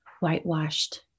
whitewashed